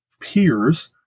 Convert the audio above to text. peers